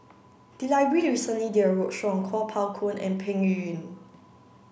the library recently did a roadshow on Kuo Pao Kun and Peng Yuyun